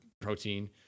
protein